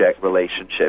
relationship